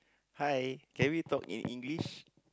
hi can we talk in English